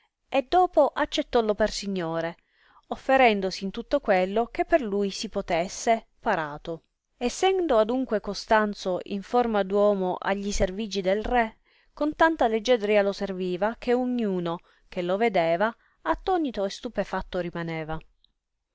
e dopo accettollo per signore offerendosi in tutto quello che per lui si potesse parato essendo adunque costanzo in forma d uomo a gli servigi del re con tanta leggiadria lo serviva che ogn uno che lo vedeva attonito e stupefatto rimaneva